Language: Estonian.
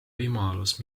võimalus